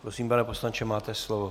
Prosím, pane poslanče, máte slovo.